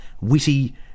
witty